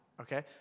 okay